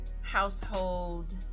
household